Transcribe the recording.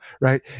right